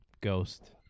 Ghost